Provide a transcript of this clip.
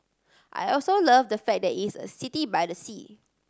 I also love the fact that it's a city by the sea